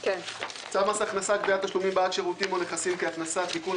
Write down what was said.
צו מס הכנסה (קביעת תשלומים בעד שירותים או נכסים כהכנסה)(תיקון),